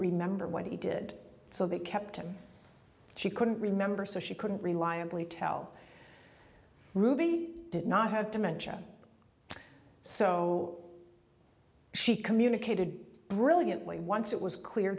remember what he did so they kept him she couldn't remember so she couldn't reliably tell ruby did not have dementia so she communicated brilliantly once it was clear